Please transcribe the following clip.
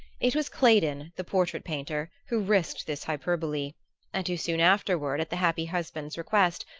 it was claydon, the portrait-painter, who risked this hyperbole and who soon afterward, at the happy husband's request,